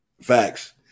Facts